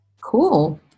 Cool